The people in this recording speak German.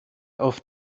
auf